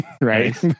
Right